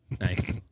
nice